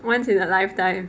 once in a lifetime